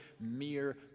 mere